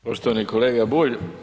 Poštovani kolega Bulj.